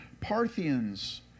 Parthians